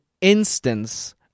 instance